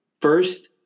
First